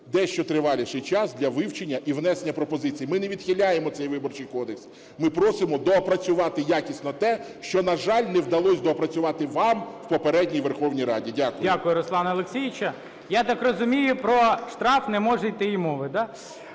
дещо триваліший час для вивчення і внесення пропозицій. Ми не відхиляємо цей Виборчий кодекс. Ми просимо доопрацювати якісно те, що, на жаль, не вдалося доопрацювати вам у попередній Верховній Раді. Дякую. ГОЛОВУЮЧИЙ. Дякую, Руслане Олексійовичу. Я так розумію, про штраф не може йти і мови, да?